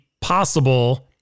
possible